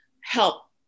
help